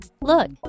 look